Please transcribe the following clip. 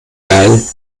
geil